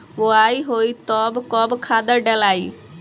बोआई होई तब कब खादार डालाई?